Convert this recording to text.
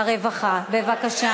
העבודה, הרווחה והבריאות.